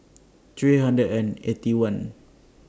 three hundred and Eighty One